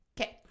okay